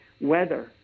weather